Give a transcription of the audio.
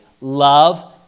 Love